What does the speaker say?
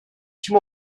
kim